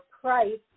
price